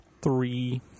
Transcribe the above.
Three